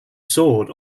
sword